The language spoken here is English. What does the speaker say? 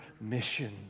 mission